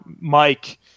Mike